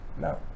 No